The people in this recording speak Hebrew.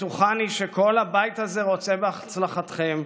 בטוחני שכל הבית הזה רוצה בהצלחתכם,